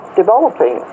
developing